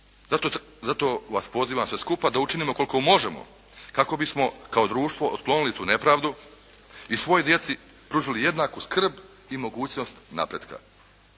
Zato vas pozivam sve skupa da učinimo koliko možemo kako bismo kao društvo otklonili tu nepravdu i svoj djeci pružili jednaku skrb i mogućnost napretka.